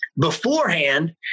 beforehand